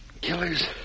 Killers